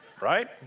right